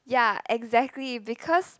yeah exactly because